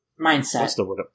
Mindset